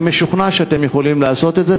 אני משוכנע שאתם יכולים לעשות את זה.